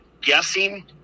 guessing